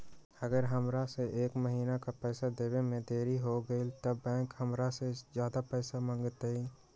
अगर हमरा से एक महीना के पैसा देवे में देरी होगलइ तब बैंक हमरा से ज्यादा पैसा मंगतइ?